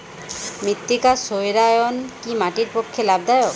মৃত্তিকা সৌরায়ন কি মাটির পক্ষে লাভদায়ক?